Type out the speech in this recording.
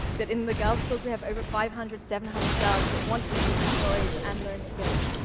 that in the girls' schools we have over five hundred, seven hundred girls that want to use the stories and learn skills.